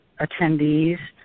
attendees